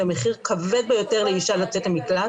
זה מחיר כבד ביותר לאישה לצאת למקלט,